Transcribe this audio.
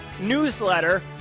newsletter